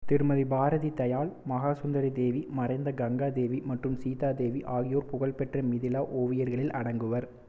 திருமதி பாரதி தயாள் மகாசுந்தரி தேவி மறைந்த கங்கா தேவி மற்றும் சீதா தேவி ஆகியோர் புகழ்பெற்ற மிதிலா ஓவியர்களில் அடங்குவர்